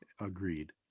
Agreed